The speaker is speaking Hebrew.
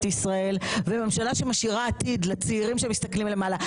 ישראל וממשלה שמשאירה עתיד לצעירים שמסתכלים למעלה.